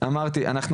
אמרתי את זה,